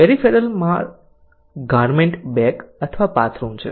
peripheral માલ garment bag અથવા bathroom છે